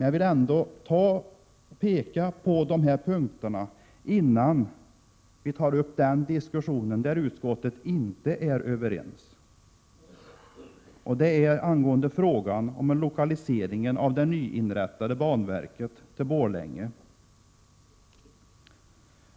Jag ville ändå påpeka detta innan jag tar upp den fråga där utskottet inte är överens, nämligen lokaliseringen av det nyinrättade banverket till Borlänge.